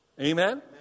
Amen